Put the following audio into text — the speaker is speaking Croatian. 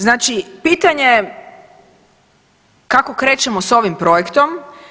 Znači pitanje je kako krećemo s ovim projektom?